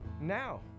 now